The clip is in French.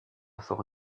fort